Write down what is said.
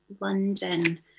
London